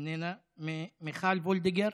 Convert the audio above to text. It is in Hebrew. איננה, מיכל וולדיגר,